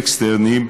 אקסטרניים,